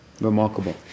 Remarkable